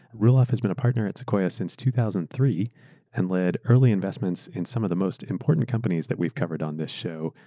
roelof has been a partner at sequoia since two thousand and three and led early investments in some of the most important companies that we've covered on this show.